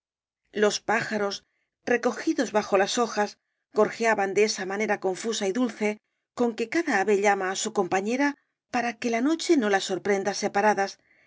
los pájaros recogidos bajo las hojas gorjeaban de esa manera confusa y dulce con que cada ave llama á su compañera para que la noche no las sorprenda separadas